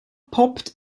poppt